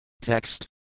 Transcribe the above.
Text